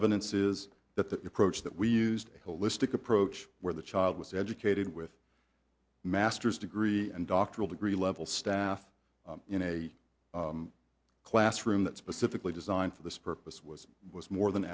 evidence is that the approach that we used a holistic approach where the child was educated with master's degree and doctoral degree level staff in a classroom that specifically designed for this purpose was was more than